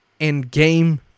Endgame